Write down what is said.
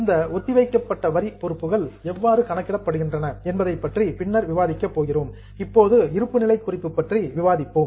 இந்த ஒத்திவைக்கப்பட்ட வரி பொறுப்புகள் எவ்வாறு கணக்கிடப்படுகின்றன என்பதைப் பற்றி பின்னர் விவாதிக்க போகிறோம் இப்போது இருப்பு நிலை குறிப்பு பற்றி விவாதிப்போம்